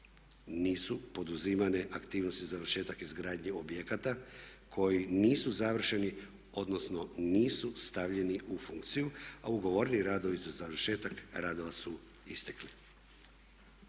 nisu poduzimane aktivnosti završetak izgradnje objekata koji nisu završeni odnosno nisu stavljeni u funkciju a ugovoreni radovi za završetak radova su istekli.